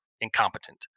incompetent